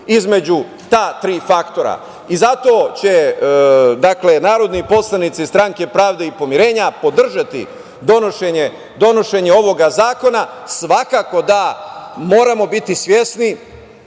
između ta tri faktora. Zato će narodni poslanici Stranke pravde i pomirenja podržati donošenja ovog zakona. Svakako da moramo biti svesni